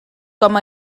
com